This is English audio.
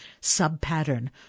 sub-pattern